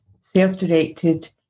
self-directed